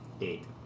Eight